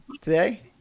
today